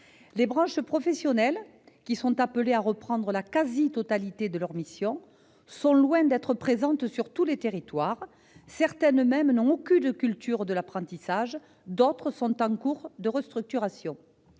Les branches professionnelles, qui sont appelées à reprendre la quasi-totalité de leurs missions, sont loin d'être présentes sur tous les territoires, certaines n'ont même aucune culture de l'apprentissage, d'autres sont en cours de restructuration.